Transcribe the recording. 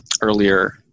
earlier